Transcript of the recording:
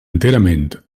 enterament